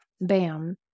bam